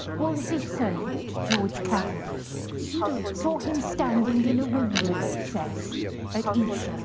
wolsey's servant george cavendish saw him standing in a window recess at esher